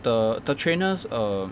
the the trainers err